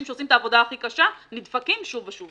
שעושים את העבודה הכי קשה נדפקים שוב ושוב.